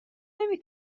نمی